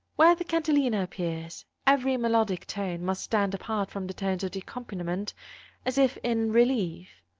where the cantilena appears, every melodic tone must stand apart from the tones of the accompaniment as if in relief.